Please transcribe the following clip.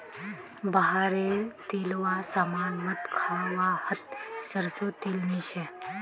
बाहर रे तेलावा सामान मत खा वाहत सरसों तेल नी छे